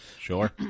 Sure